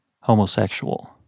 Homosexual